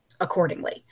accordingly